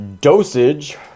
dosage